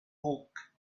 bulk